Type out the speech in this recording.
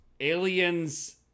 Alien's